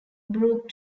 brook